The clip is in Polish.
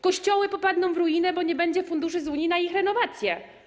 Kościoły popadną w ruinę, bo nie będzie funduszy z Unii na ich renowację.